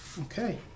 Okay